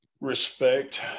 respect